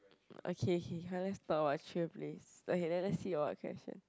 okay okay come let's come talk about chill place okay let let's see got what question